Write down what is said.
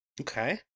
Okay